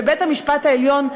ובית-המשפט העליון,